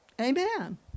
Amen